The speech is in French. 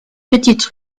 petite